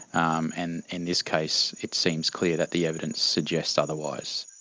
um and in this case it seems clear that the evidence suggests otherwise.